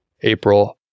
April